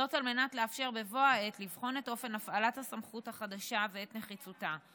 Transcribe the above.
על מנת לאפשר בבוא העת לבחון את אופן הפעלת הסמכות החדשה ואת נחיצותה.